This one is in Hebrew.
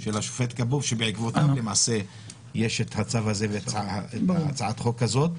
של השופט כבוב שבעקבותיו למעשה יש את הצו הזה ואת הצעת החוק הזאת.